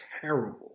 terrible